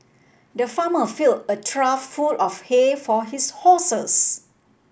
the farmer filled a trough full of hay for his horses